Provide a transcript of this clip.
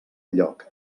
lloc